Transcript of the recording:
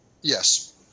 Yes